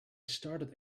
started